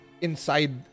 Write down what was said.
inside